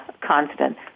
constant